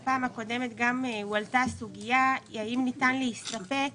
גם בפעם הקודמת הועלתה הסוגיה, האם ניתן להסתפק